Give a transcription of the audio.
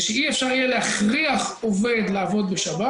הוא שאי-אפשר יהיה להכריח עובד לעבוד בשבת.